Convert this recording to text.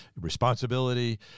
responsibility